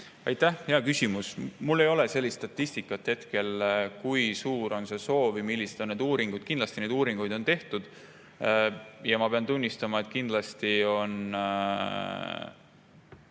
Aitäh, hea küsimus! Mul ei ole sellist statistikat hetkel, kui suur on see soov ja millised on need uuringud. Kindlasti neid uuringuid on tehtud. Ma pean tunnistama, et kindlasti on